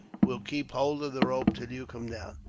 will keep hold of the rope till you come down.